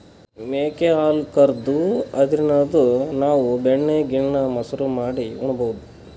ಮೇಕೆ ಹಾಲ್ ಕರ್ದು ಅದ್ರಿನ್ದ್ ನಾವ್ ಬೆಣ್ಣಿ ಗಿಣ್ಣಾ, ಮಸರು ಮಾಡಿ ಉಣಬಹುದ್